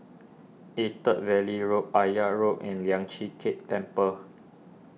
Attap Valley Road Akyab Road and Lian Chee Kek Temple